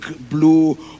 blue